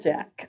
Jack